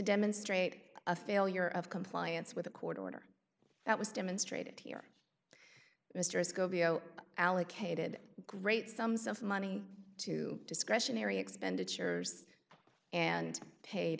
demonstrate a failure of compliance with a court order that was demonstrated here mr escobedo allocated great sums of money to discretionary expenditures and paid